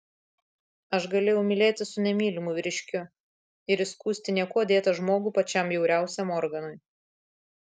aš galėjau mylėtis su nemylimu vyriškiu ir įskųsti niekuo dėtą žmogų pačiam bjauriausiam organui